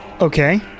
Okay